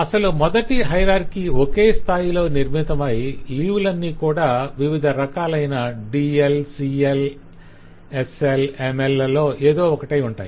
అసలు మొదటి హయరార్కి ఒకే స్థాయిలో నిర్మితమై లీవ్ లన్నీ కూడా వివిధ రకాలైన DL CL SL ML లలో ఎదో ఒకటై ఉంటాయి